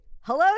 Hello